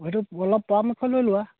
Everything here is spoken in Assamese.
হয়টো অলপ পৰামৰ্শ লৈ লোৱা